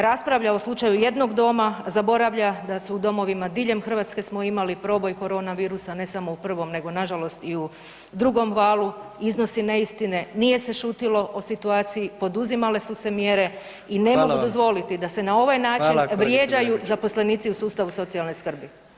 Raspravlja o slučaju jednog doma, a zaboravlja da se u domovima diljem Hrvatske smo imali proboj korona virusa ne samo u prvom nego nažalost i u drugom valu, iznosi neistine, nije se šutilo o situaciji, poduzimale su se mjere [[Upadica: Hvala vam]] i ne mogu dozvoliti [[Upadica: Hvala kolegice Bedeković]] da se na ovaj način vrijeđaju zaposlenici u sustavu socijalne skrbi.